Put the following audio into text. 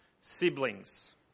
Siblings